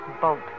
boat